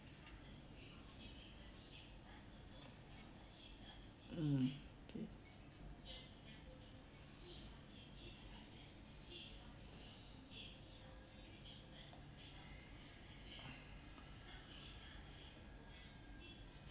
mm okay